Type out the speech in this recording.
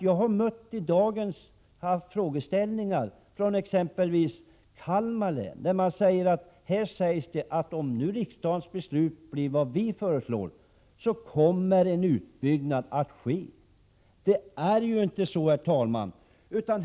Jag har fått frågor om detta från exempelvis Kalmar län, där man har fått uppfattningen att här sägs att om nu riksdagen beslutar enligt vad vi föreslår, så kommer en utbyggnad att ske. Det är ju inte så, herr talman.